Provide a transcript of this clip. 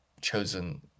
chosen